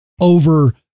over